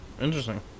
Interesting